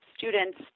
Students